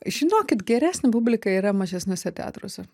žinokit geresnė publika yra mažesniuose teatruose